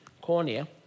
cornea